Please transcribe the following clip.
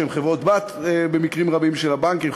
שהן במקרים רבים חברות-בנות של הבנקים,